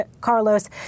Carlos